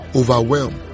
overwhelm